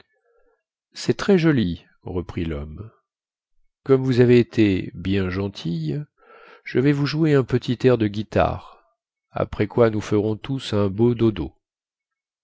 cest très joli reprit lhomme comme vous avez été bien gentille je vais vous jouer un petit air de guitare après quoi nous ferons tous un beau dodo